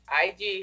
IG